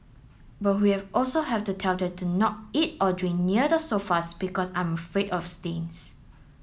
but we have also have to tell them to not eat or drink near the sofas because I'm afraid of stains